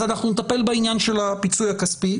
אז אנחנו נטפל בעניין של הפיצוי הכספי,